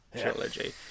trilogy